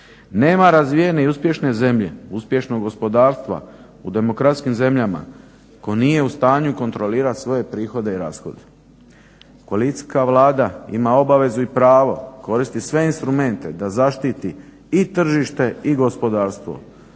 Nema razvijene i uspješne zemlje, uspješnog gospodarstva u demokratskim zemljama ako nije u stanju kontrolirati svoje prihode i rashode. Koalicijska Vlada ima obavezu i pravo koristiti sve instrumente da zaštiti i tržište i gospodarstvo